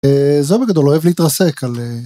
אה... זה בגדול אוהב להתרסק על אה....